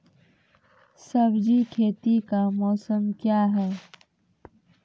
सब्जी खेती का मौसम क्या हैं?